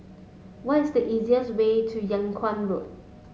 what is the easiest way to Yung Kuang Road